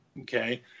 Okay